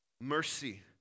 Mercy